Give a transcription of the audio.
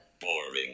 Boring